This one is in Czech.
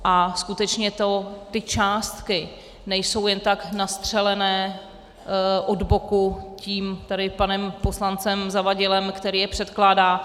A skutečně ty částky nejsou jen tak nastřelené od boku tady panem poslancem Zavadilem, který je předkládá.